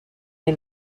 est